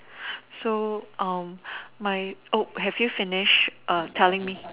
so um my oh have you finished err telling me